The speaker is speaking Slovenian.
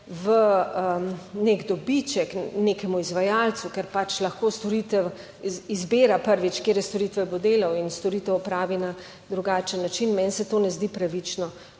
v neki dobiček nekemu izvajalcu, ker pač lahko storitev izbira, prvič, katere storitve bo delal in storitev opravi na drugačen način. Meni se to ne zdi pravično